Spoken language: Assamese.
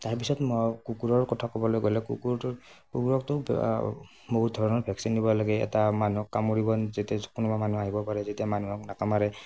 তাৰপিছত কুকুৰৰ কথা ক'বলৈ গ'লে কুকুৰটো কুকুৰকতো বহুত ধৰণৰ ভেকচিন দিব লাগে এটা মানুহক কামুৰিব যেতিয়া কোনোবা মানুহ আহিব পাৰে যেতিয়া মানুহক নাকামোৰে